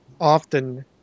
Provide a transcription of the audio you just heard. often